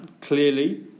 clearly